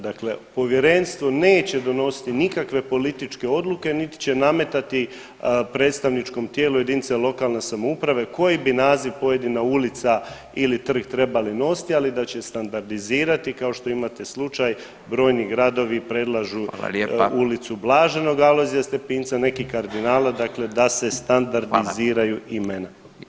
Dakle, povjerenstvo neće donositi nikakve političke odluke, niti će nametati predstavničkom tijelu JLS koji bi naziv pojedina ulica ili trg trebali nositi, ali da će standardizirati kao što imate slučaj brojni gradovi predlažu Ulicu Blaženog Alojzija Stepinca, neki kardinala, dakle da se standardiziraju imena.